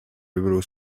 dobrou